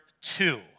two